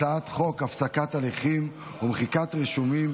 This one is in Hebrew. אני קובע כי הצעת חוק המאבק בטרור (תיקון,